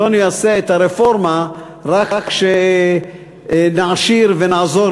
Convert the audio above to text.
שלא נעשה את הרפורמה כך שרק שנעשיר ונעזור